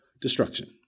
destruction